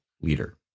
leader